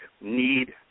need